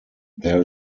there